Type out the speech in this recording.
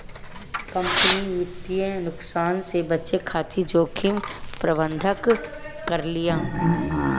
company वित्तीय नुकसान से बचे खातिर जोखिम प्रबंधन करतिया